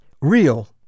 Real